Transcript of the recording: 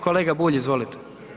Kolega Bulj, izvolite.